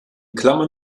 klammern